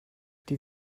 die